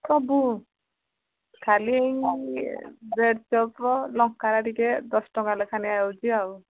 ସବୁ ଖାଲି ବ୍ରେଡ଼୍ଚପ୍ ଲଙ୍କାଟା ଟିକେ ଦଶ ଟଙ୍କା ଲେଖା ନିଆଯାଉଛି ଆଉ